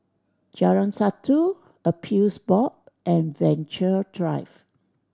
Jalan Satu Appeals Board and Venture Drive